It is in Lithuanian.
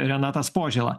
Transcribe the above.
renatas požėla